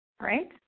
right